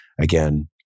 again